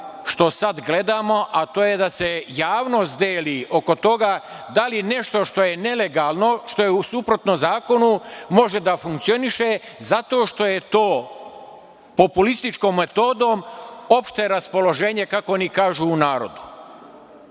što sada gledamo, a to je da se javnost deli oko toga da li nešto što je nelegalno, što je suprotno zakonu može da funkcioniše zato što je to populističkom metodom opšte raspoloženje, kako oni kažu, u narodu. Kada